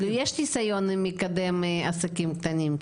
יש ניסיון עם מקדם עסקים קטנים,